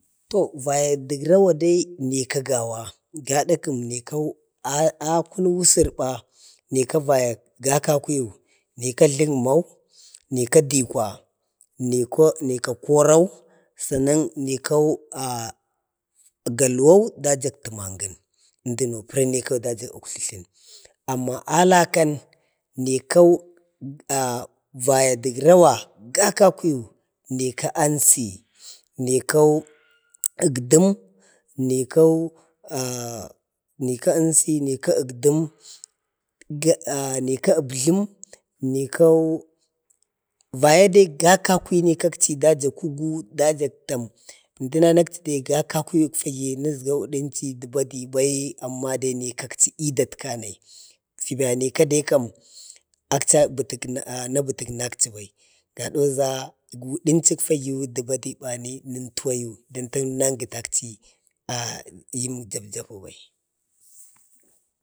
To vaya dəkrawa dai nika gawa gada kəm. ni kau a kunu usur ba nikau vaya ga kakuyu. niko jlugma mika dikwa, nikau nika korau, sannan nikau galwau dajak təmakən Zmduno pəra nikau dajak. amma alakan nikau vaya dək rawa ga kakuyu nika ansi, nikau əgdəm, nikan, nika ansi nika əgdəm nika əbjlm nikau vaya dai ga kakuyu ni kakchi əndaja kugu, əndajak tam, əndəna nakchi be gakalu yuk fibai nəsgau əmdakchi də badi bai amma dai ni kakchi i datkani. fi nani kadai kam akchi na bətak nakchi bai. ko əmdək chi də badiwu nən tuwayu, ah nangətəkchi ah imnyu japjapa bai.